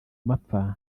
amapfa